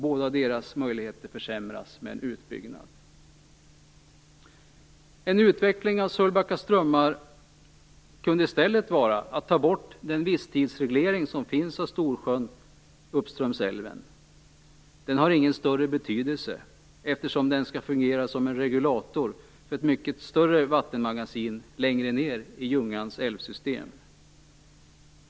Bådadera möjligheter försämras vid en utbyggnad. En utveckling av Sölvbacka strömmar kunde i stället vara att ta bort den visstidsreglering som finns av Storsjön uppströms älven. Den har ingen större betydelse, eftersom den skall fungera som en regulator för ett mycket större vattenmagasin längre ned i Ljungans älvsystem.